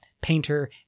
Painter